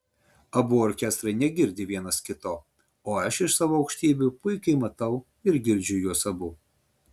abu orkestrai negirdi vienas kito o aš iš savo aukštybių puikiai matau ir girdžiu juos abu